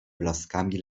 blaskami